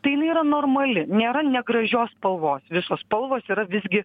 tai jinai yra normali nėra negražios spalvos visos spalvos yra visgi